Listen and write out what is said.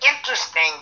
interesting